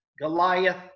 Goliath